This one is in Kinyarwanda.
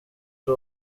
ari